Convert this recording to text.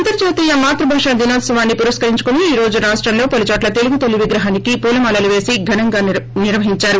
అంతర్జాతీయ మాత్వభాషా దినోత్సవాన్ని పురస్కరించుకుని ఈ రోజు రాష్టంలో పలు చోట్ల తెలుగుతల్లి విగ్రహానికి పూలమాలలు పేసి ఘనంగా నిర్వహిందారు